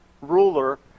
ruler